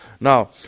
Now